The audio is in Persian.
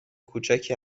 کوچکی